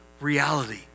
reality